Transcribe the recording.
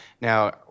Now